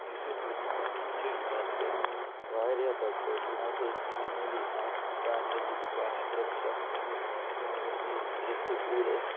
یُس یہِ پُلۄوم ڈِسٹِرٛک چھِ یہِ بَدلیو واریاہ بَدلیو برونٛٹھ ٲس موموٗلی اَکھ دُکان یا زٕ دُکان یا ترٛےٚ دُکان وٕچھان ییٚتہِ موموٗلی زٕ ترٛےٚ سکوٗل ٲسۍ